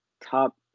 top